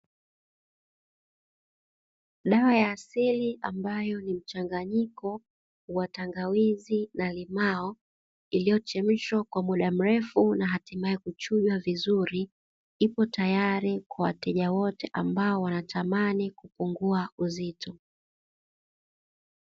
Dawa ya asili ambayo ni mchanganyiko wa tangawizi na limao, iliyochemshwa kwa muda mrefu na hatimaye kuchujwa vizuri , ipo tayari kwa wateja wote ambao wanatamani kupungua uzito.